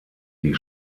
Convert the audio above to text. die